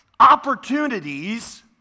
opportunities